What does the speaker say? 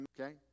Okay